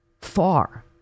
far